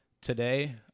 today